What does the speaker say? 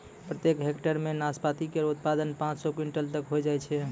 प्रत्येक हेक्टेयर म नाशपाती केरो उत्पादन पांच सौ क्विंटल तक होय जाय छै